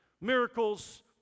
miracles